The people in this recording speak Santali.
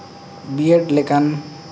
ᱵᱤᱭᱮᱰ ᱞᱮᱠᱟᱱ